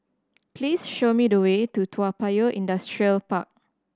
please show me the way to Toa Payoh Industrial Park